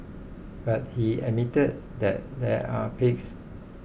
but he admitted that there are perks